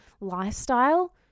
lifestyle